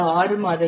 6 மாதங்கள்